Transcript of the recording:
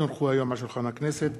עוד הונחו היום על שולחן הכנסת,